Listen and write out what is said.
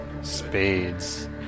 spades